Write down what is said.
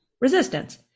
resistance